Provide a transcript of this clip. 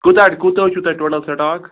کوٗتاہ حظ کوٗتاہ حظ چھُو تۄہہِ ٹوٹل سِٹاک